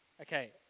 Okay